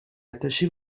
attacher